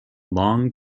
long